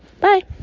Bye